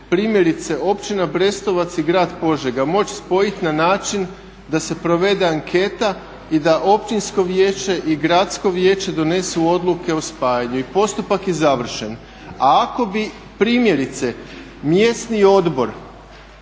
primjerice Općina Brestovac i Grad Požega moći spojit na način da se provede anketa i da općinsko vijeće i gradsko vijeće donesu odluke o spajanju i postupak je završen. A ako bi primjerice mjesni odbor